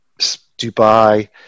Dubai